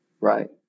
right